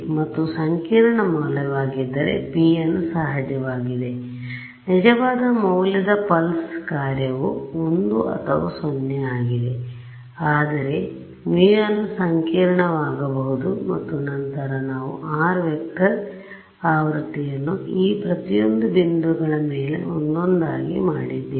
ಮತ್ತು ಸಂಕೀರ್ಣ ಮೌಲ್ಯದ್ದಾಗಿದೆ pn ಸಹಜವಾಗಿ ನಿಜವಾದ ಮೌಲ್ಯದ ಪಲ್ಸ್ ಕಾರ್ಯವು 1 ಅಥವಾ 0 ಆಗಿದೆ ಆದರೆ un ಸಂಕೀರ್ಣವಾಗಬಹುದು ಮತ್ತು ನಂತರ ನಾವು r ವೆಕ್ಟರ್ ಆವ್ರತ್ತಿಯನ್ನು ಈ ಪ್ರತಿಯೊಂದು ಬಿಂದುಗಳ ಮೇಲೆ ಒಂದೊಂದಾಗಿ ಮಾಡಿದ್ದೇವೆ